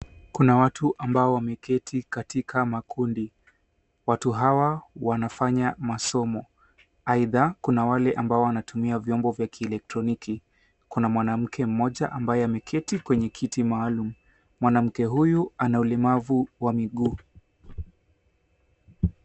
Kuna watu ambao wameketi katika makundi. Watu hawa wanafanya masomo, aidha kuna wale ambao wanatumia vyombo vya elektroniki. Kuna mwanamke mmoja ambaye ameketi kwenye kiti maalum. Mwanamke huyu ana ulemavu wa miguu.